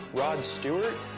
rod stewart.